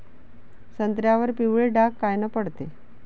संत्र्यावर पिवळे डाग कायनं पडते?